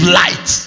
light